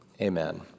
amen